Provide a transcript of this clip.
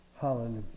Hallelujah